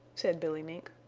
said billy mink.